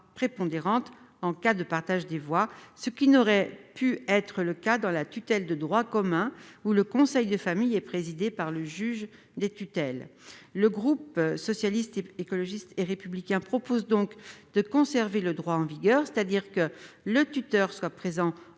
prépondérante en cas de partage des voix, ce qui n'aurait pu être le cas dans la tutelle de droit commun, où le conseil de famille est présidé par le juge des tutelles. Le groupe Socialiste, Écologiste et Républicain propose donc de conserver le droit en vigueur : le tuteur est présent au